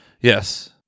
yes